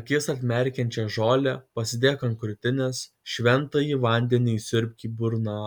akis atmerkiančią žolę pasidėk ant krūtinės šventąjį vandenį įsiurbk į burną